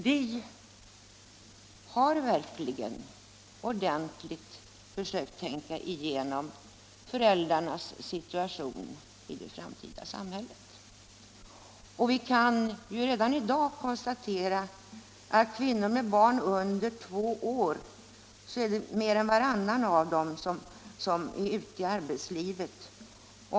Vi har verkligen ordentligt försökt tänka igenom föräldrarnas situation i det framtida samhället, och vi kan redan i dag konstatera att av kvinnor med barn under två år är mer än varannan ute i arbetslivet.